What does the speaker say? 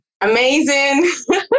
amazing